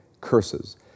Curses